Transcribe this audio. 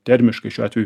termiškai šiuo atveju